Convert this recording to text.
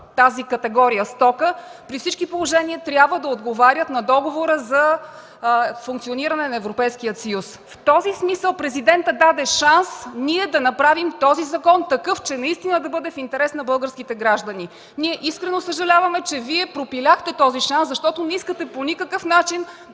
като категория стока. При всички положения това трябва да отговаря на Договора за функциониране на Европейския съюз. В този смисъл Президентът даде шанс ние да направим този закон такъв, че наистина да бъде в интерес на българските граждани. Ние искрено съжаляваме, че Вие пропиляхте този шанс, защото не искате по никакъв начин